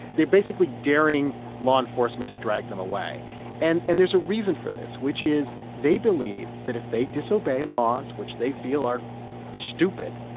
basically daring law enforcement to drag them away and and there's a reason for this, which is they believe that if they disobey laws which they feel are stupid,